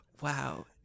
wow